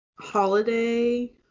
holiday